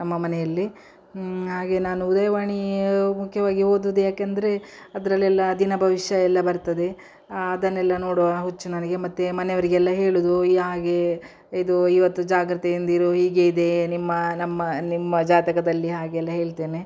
ನಮ್ಮ ಮನೆಯಲ್ಲಿ ಹಾಗೆ ನಾನು ಉದಯವಾಣಿ ಮುಖ್ಯವಾಗಿ ಓದುವುದು ಯಾಕೆಂದರೆ ಅದರಲ್ಲೆಲ್ಲ ದಿನ ಭವಿಷ್ಯ ಎಲ್ಲ ಬರ್ತದೆ ಅದನ್ನೆಲ್ಲ ನೋಡುವ ಹುಚ್ಚು ನನಗೆ ಮತ್ತು ಮನೆಯವರಿಗೆಲ್ಲ ಹೇಳುವುದು ಈ ಹಾಗೆ ಇದು ಇವತ್ತು ಜಾಗ್ರತೆಯಿಂದಿರು ಹೀಗೆ ಇದೆ ನಿಮ್ಮ ನಮ್ಮ ನಿಮ್ಮ ಜಾತಕದಲ್ಲಿ ಹಾಗೆಲ್ಲ ಹೇಳ್ತೇನೆ